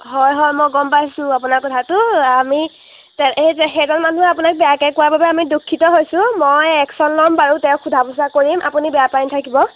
হয় হয় মই গম পাইছোঁ আপোনাৰ কথাটো আমি সে সেইগাল মানুহে আপোনাক বেয়াকৈ কোৱাৰ বাবে আমি দুঃখিত হৈছোঁ মই একশ্যন ল'ম বাৰু তেওঁক সোধা পোচা কৰিম আপুনি বেয়া পাই নাথাকিব